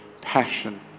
passion